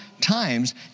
times